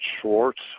Schwartz